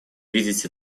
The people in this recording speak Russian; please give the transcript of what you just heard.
видеть